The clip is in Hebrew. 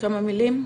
בכמה מילים?